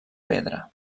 pedra